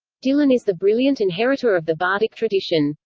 dylan is the brilliant inheritor of the bardic tradition.